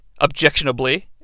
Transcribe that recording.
Objectionably